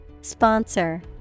Sponsor